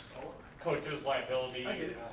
coaches' liability. i get it,